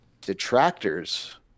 Detractors